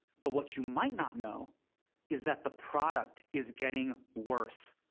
but what you might not know is that the product is getting worse.